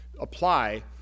apply